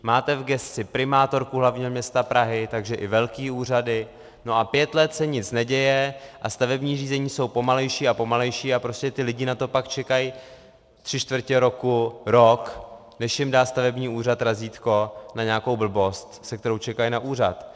Máte v gesci primátorku hlavního města Prahy, takže i velké úřady, no a pět let se nic neděje a stavební řízení jsou pomalejší a pomalejší, a prostě ti lidi na to pak čekají tři čtvrtě roku, rok, než jim dá stavební úřad razítko na nějakou blbost, s kterou čekají na úřad.